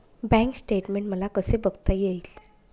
Bank statement मला कसे बघता येईल?